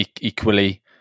equally